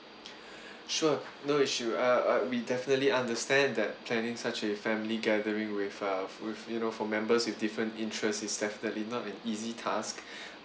sure no issue uh uh we definitely understand that planning such a family gathering with uh with you know for members with different interests is definitely not an easy task